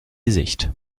gesicht